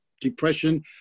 Depression